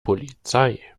polizei